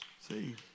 See